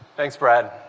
thanks, brad.